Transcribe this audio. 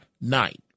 night